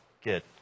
get